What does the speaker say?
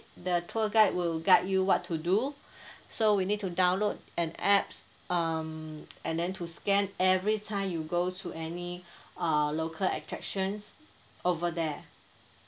the tour guide will guide you what to do so we need to download an apps um and then to scan every time you go to any uh local attractions over there